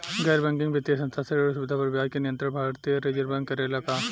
गैर बैंकिंग वित्तीय संस्था से ऋण सुविधा पर ब्याज के नियंत्रण भारती य रिजर्व बैंक करे ला का?